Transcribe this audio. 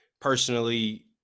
personally